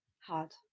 Hard